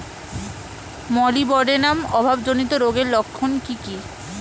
Molybdenum অভাবজনিত রোগের লক্ষণ কি কি?